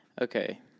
Okay